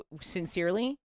sincerely